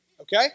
Okay